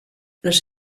los